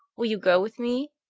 will you go with me?